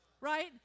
right